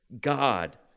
God